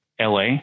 LA